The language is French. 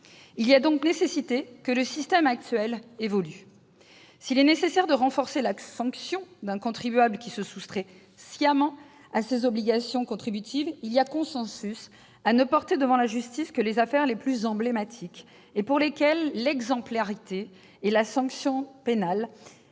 Il est donc nécessaire que le système actuel évolue. S'il convient de renforcer la sanction d'un contribuable qui se soustrait sciemment à ses obligations contributives, il y a consensus à ne porter devant la justice que les affaires les plus emblématiques et pour lesquelles l'exemplarité de la sanction pénale,